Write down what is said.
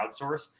outsource